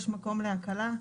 יש מקום להקלה.